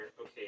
okay